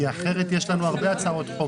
אחרת, יש הרבה הצעות חוק